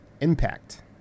Impact